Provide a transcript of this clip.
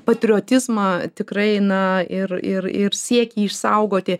patriotizmą tikrai na ir ir ir siekį išsaugoti